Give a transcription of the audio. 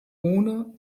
ohne